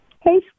hey